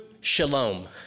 Shalom